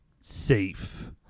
safe